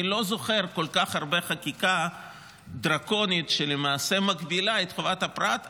אני לא זוכר כל כך הרבה חקיקה דרקונית שלמעשה מגבילה את חירות הפרט,